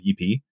ep